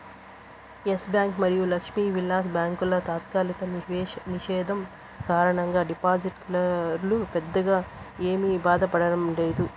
yes bank మరియు లక్ష్మీ విలాస్ బ్యాంకుల తాత్కాలిక నిషేధం కారణంగా డిపాజిటర్లు పెద్దగా ఏమీ బాధపడలేదు